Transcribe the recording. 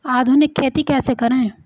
आधुनिक खेती कैसे करें?